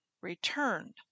returned